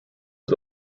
was